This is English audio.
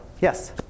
Yes